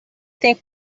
think